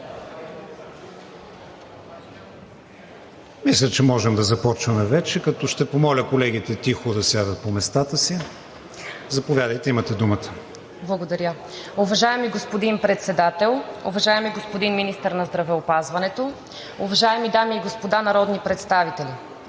Мисля, че можем да започваме вече, като ще помоля колегите тихо да сядат по местата си. Заповядайте. ГАЛИНА ТАВАЛИЧКА-ГЕОРГИЕВА (ИБГНИ): Благодаря. Уважаеми господин Председател, уважаеми господин Министър на здравеопазването, уважаеми дами и господа народни представители!